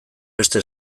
beste